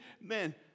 man